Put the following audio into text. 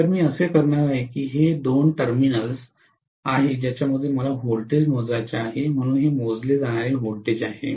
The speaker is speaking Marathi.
तर मी असे करणार आहे की हे दोन टर्मिनल आहेत ज्यामधून मला व्होल्टेज मोजायचे आहे म्हणून हे मोजले जाणारे V आहे